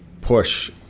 push